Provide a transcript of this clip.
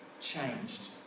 changed